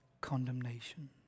condemnation